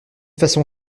façon